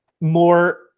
More